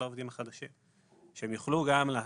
שלום לכם,